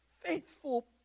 Faithful